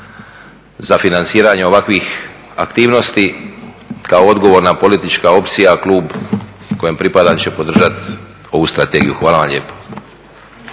za financiranje ovakvih aktivnosti kao odgovorna politička opcija klub kojem pripadam će podržati ovu strategiju. Hvala vam lijepo.